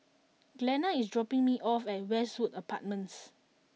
Glenna is dropping me off at Westwood Apartments